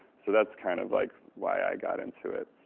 so that's kind of like why i got into it.